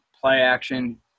play-action